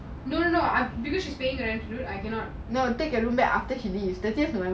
no no no I because she's paying rent I cannot